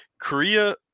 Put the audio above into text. korea